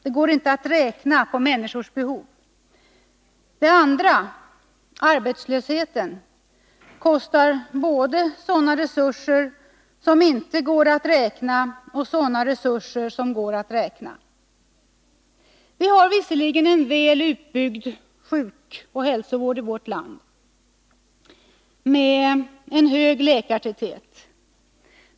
Det går inte att räkna på människors behov. Det andra — arbetslösheten — kostar både sådana resurser som inte går att räkna och sådana resurser som går att räkna. Vi har visserligen en väl utbyggd sjukoch hälsovård i vårt land, med en hög läkartäthet.